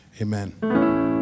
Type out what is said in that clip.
Amen